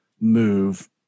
move